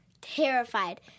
terrified